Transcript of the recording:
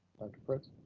dr. fritz.